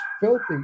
filthy